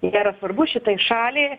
tai nėra svarbu šitai šaliai